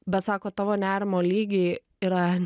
bet sako tavo nerimo lygiai yra